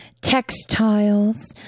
Textiles